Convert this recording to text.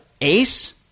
Ace